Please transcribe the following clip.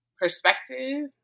perspective